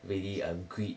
really um grit